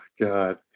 god